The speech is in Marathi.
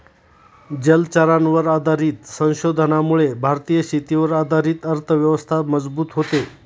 जलचरांवर आधारित संशोधनामुळे भारतीय शेतीवर आधारित अर्थव्यवस्था मजबूत होते